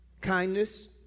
kindness